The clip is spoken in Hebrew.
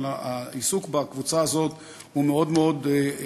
אבל העיסוק בקבוצה הזאת הוא מאוד חשוב,